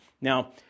Now